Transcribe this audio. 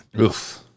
Oof